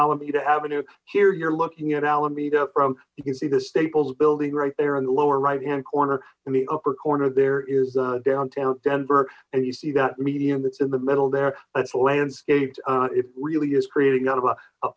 alameda avenue here you're looking at alameda from you can see the staples building right there in the lower right hand corner in the upper corner there is downtown denver and you see that medium that's in the middle there that's landscaped it really is creating